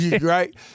right